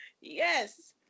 Yes